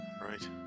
Right